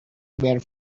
bare